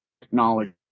technology